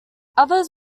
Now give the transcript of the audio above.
others